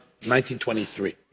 1923